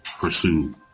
pursue